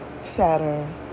Saturn